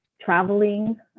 traveling